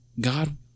God